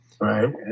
right